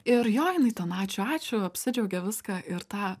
ir jo jinai ten ačiū ačiū apsidžiaugė viską ir tą